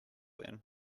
then